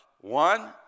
One